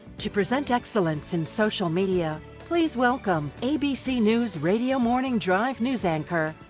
to present excellence in social media, please welcome abc news radio morning drive news anchor,